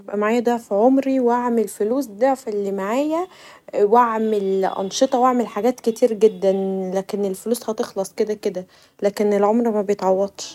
يبقي معايا ضعف عمري و اعمل فلوس ضعف اللي معايا واعمل أنشطه و اعمل حاجات كتير جدا ، لكن الفلوس هتخلص كدا كدا ؛ لكن العمر مبيتعوضتش.